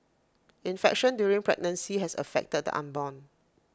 infection during pregnancy has affected the unborn